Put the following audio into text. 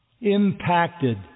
impacted